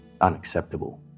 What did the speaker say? unacceptable